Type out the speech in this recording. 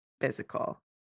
physical